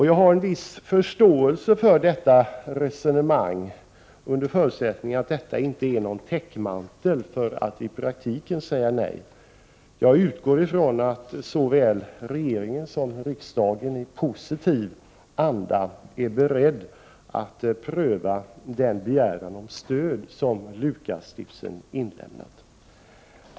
Jag har en viss förståelse för detta resonemang under förutsättning att det inte är någon täckmantel för att i praktiken säga nej. Jag utgår ifrån att såväl regeringen som riksdagen är beredda att i positiv anda pröva den begäran om stöd som S:t Lukasstiftelsen inlämnat.